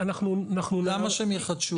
למה שהם יחדשו?